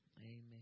Amen